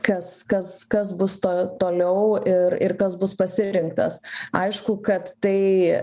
kas kas kas bus to toliau ir ir kas bus pasirinktas aišku kad tai